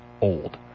old